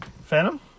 Phantom